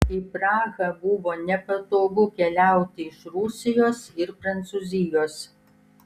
į prahą buvo nepatogu keliauti iš rusijos ir prancūzijos